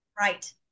Right